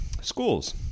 schools